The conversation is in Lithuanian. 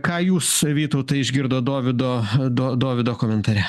ką jūs vytautai išgirdot dovydo do dovydo komentare